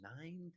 Nine